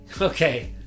Okay